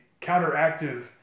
counteractive